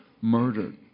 murdered